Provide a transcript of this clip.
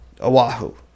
Oahu